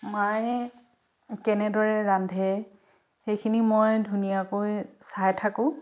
মায়ে কেনেদৰে ৰান্ধে সেইখিনি মই ধুনীয়াকৈ চাই থাকোঁ